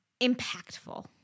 impactful